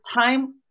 time